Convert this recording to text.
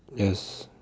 yes